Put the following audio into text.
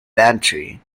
pantry